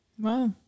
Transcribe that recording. wow